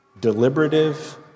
deliberative